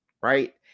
right